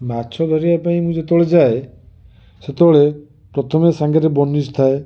ମାଛ ଧରିବା ପାଇଁ ମୁଁ ଯେତେବେଳେ ଯାଏ ସେତେବେଳେ ପ୍ରଥମେ ସାଙ୍ଗରେ ବନିଷ ଥାଏ